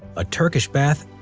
a turkish bath,